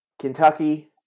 Kentucky